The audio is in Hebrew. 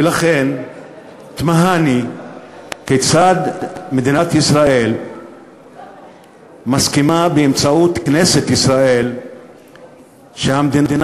ולכן תמהני כיצד מדינת ישראל מסכימה באמצעות כנסת ישראל שהמדינה